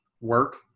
work